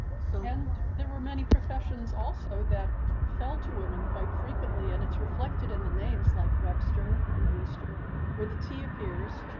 so, and there were many professions also that fell to women quite frequently. and it's reflected in the names like webster and brewster where the tea appears.